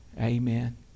Amen